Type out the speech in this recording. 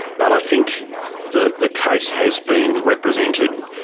but i think the the case has been represented